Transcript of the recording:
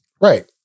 Right